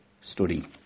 study